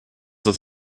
das